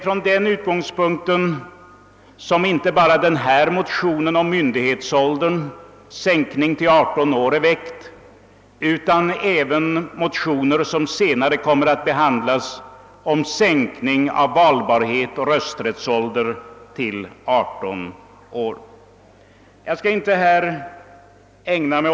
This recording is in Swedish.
Från den utgångspunkten har väckts inte endast denna motion om sänkning av myndighetsåldern till 18 år, utan även motioner om sänkning av valbarhetsoch rösträttsåldern till 18 år, vilka kommer att behandlas senare.